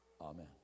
Amen